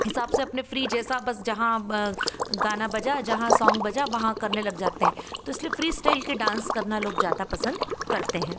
हिसाब से अपने फ्री जैसा बस जहाँ गाना बजा जहाँ सॉन्ग बजा वहाँ करने लग जाते हैं इसलिए फ्रीस्टाइल के डांस करना लोग ज़्यादा पसंद करते हैं